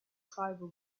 tribal